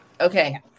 Okay